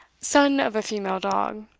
son of a female dog